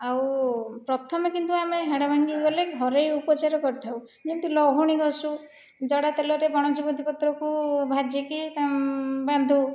ଆଉ ପ୍ରଥମେ କିନ୍ତୁ ଆମେ ହାଡ଼ଭାଙ୍ଗି ଗଲେ ଘରୋଇ ଉପଚାର କରିଥାଉ ଯେମିତି ଲହୁଣୀ ଘଷୁ ଜଡ଼ା ତେଲରେ ବଣ ସେବତୀ ପତ୍ରକୁ ଭାଜିକି ବାନ୍ଧୁ